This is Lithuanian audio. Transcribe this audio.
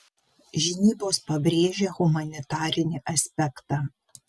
žinybos pabrėžia humanitarinį aspektą